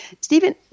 Stephen